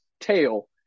tail